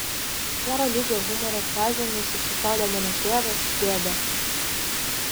gero lygio humoro frazėmis apsišaudo mano tėvas dėdė